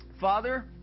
Father